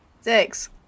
Six